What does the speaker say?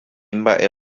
mbaʼe